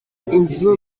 inzu